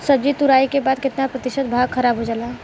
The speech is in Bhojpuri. सब्जी तुराई के बाद केतना प्रतिशत भाग खराब हो जाला?